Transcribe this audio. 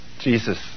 Jesus